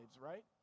right